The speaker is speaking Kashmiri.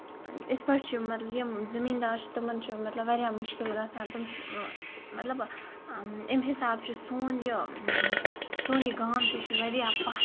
یِتھ پٲٹھۍ چھِ یِم زٔمیٖن دار تِمَن چھُ مطلب واریاہ مُشکِل گژھان تِم چھِ مطلب اَمہِ حِسابہٕ چھُ سون یہِ سون یہِ گام چھُ یہِ چھُ واریاہ پَتھ